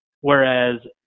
Whereas